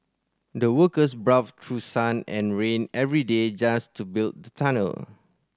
the workers braved through sun and rain every day just to build the tunnel